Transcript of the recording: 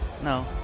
No